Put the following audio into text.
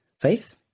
faith